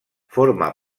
forma